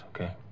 okay